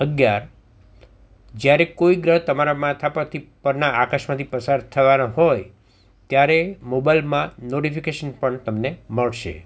અગિયાર જ્યારે કોઈ ગ્રહ તમારા માથા પરથી પરના આકાશમાંથી પસાર થવાના હોય ત્યારે મોબાઇલમાં નોટીફિકેશન પણ તમને મળશે